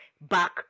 back